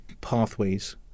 pathways